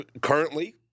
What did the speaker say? Currently